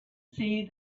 see